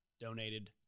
donated